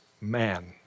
man